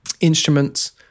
instruments